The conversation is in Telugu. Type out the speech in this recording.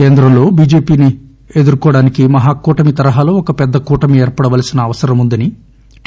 కేంద్రంలో బిజెపిని ఎదుర్కోవడానికి మహాకూటమి తరహాలో ఒక పెద్ద కూటమి ఏర్పడవలసిన అవసరం వుందని టి